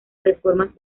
reformas